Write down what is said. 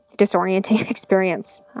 disorienting experience,